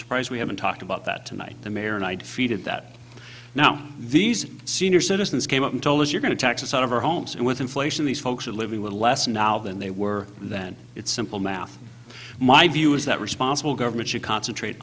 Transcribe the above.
surprised we haven't talked about that tonight the mayor and i defeated that now these senior citizens came up and told us you're going to tax us out of our homes and with inflation these folks are living with less now than they were then it's simple math my view is that responsible government should concentrate